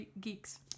geeks